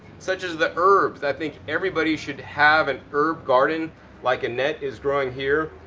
such as the herbs. i think everybody should have an herb garden like annette is growing here.